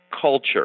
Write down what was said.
culture